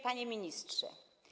Panie Ministrze!